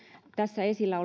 tässä esillä